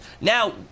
Now